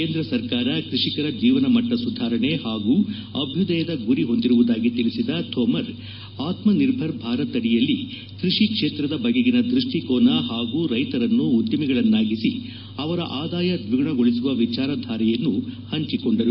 ಕೇಂದ್ರ ಸರ್ಕಾರ ಕೃಷಿಕರ ಜೀವನ ಮಟ್ಟ ಸುಧಾರಣೆ ಹಾಗೂ ಅಭ್ಯುದಯದ ಗುರಿ ಹೊಂದಿರುವುದಾಗಿ ತಿಳಿಸಿದ ತೋಮರ್ ಆತ್ಸನಿರ್ಭರ್ ಭಾರತ್ ಅಡಿಯಲ್ಲಿ ಕೃಷಿ ಕ್ಷೇತ್ರದ ಬಗೆಗಿನ ದೃಷ್ಟಿಕೋನ ಹಾಗೂ ರೈತರನ್ನು ಉದ್ದಮಿಗಳನ್ನಾಗಿಸಿ ಅವರ ಆದಾಯ ದ್ವಿಗುಣಗೊಳಿಸುವ ವಿಚಾರಧಾರೆಯನ್ನು ತೋಮರ್ ಹಂಚಿಕೊಂಡರು